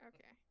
Okay